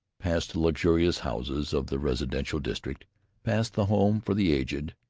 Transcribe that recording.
past the luxurious houses of the residential district past the home for the aged.